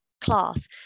class